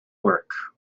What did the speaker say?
work